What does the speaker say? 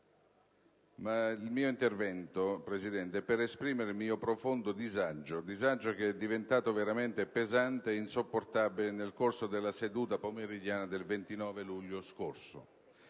Intervengo per esprimere il mio profondo disagio, che è stato veramente pesante e insopportabile, nel corso della seduta pomeridiana del 29 luglio scorso.